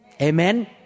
Amen